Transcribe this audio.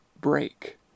break